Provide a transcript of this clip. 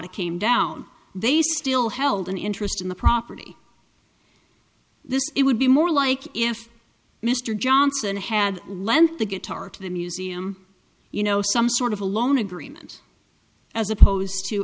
a came down they still held an interest in the property it would be more like if mr johnson had lent the guitar to the museum you know some sort of a loan agreement as opposed to